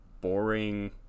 boring